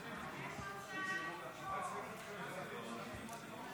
להציג את עמדת הממשלה.